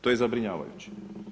To je zabrinjavajuće.